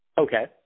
Okay